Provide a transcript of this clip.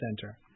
Center